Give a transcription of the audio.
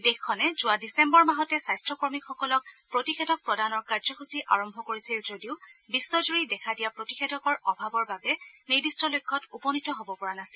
দেশখনে যোৱা ডিচেম্বৰ মাহতে স্বাস্থকৰ্মীসকলক প্ৰতিষেধক প্ৰদানৰ কাৰ্যসূচী আৰম্ভ কৰিছিল যদিও বিশ্বজুৰি দেখা দিয়া প্ৰতিষেধকৰ অভাৱৰ বাবে নিৰ্দিষ্ট লক্ষ্যত উপনীত হব পৰা নাছিল